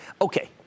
Okay